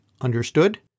Understood